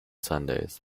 sundays